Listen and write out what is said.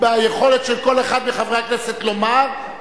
ביכולת של כל אחד מחברי הכנסת לומר,